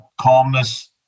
calmness